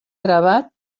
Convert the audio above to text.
gravat